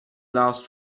last